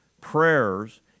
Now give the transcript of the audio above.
prayers